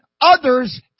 others